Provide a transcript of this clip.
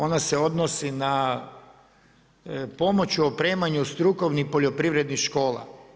Ona se odnosi na pomoć u opremanju strukovnih poljoprivrednih škola.